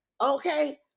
okay